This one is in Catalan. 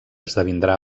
esdevindrà